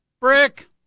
brick